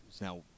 now